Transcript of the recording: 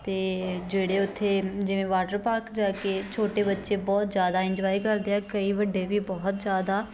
ਅਤੇ ਜਿਹੜੇ ਉੱਥੇ ਜਿਵੇਂ ਵਾਟਰ ਪਾਰਕ ਜਾ ਕੇ ਛੋਟੇ ਬੱਚੇ ਬਹੁਤ ਜ਼ਿਆਦਾ ਇੰਜੋਏ ਕਰਦੇ ਆ ਕਈ ਵੱਡੇ ਵੀ ਬਹੁਤ ਜ਼ਿਆਦਾ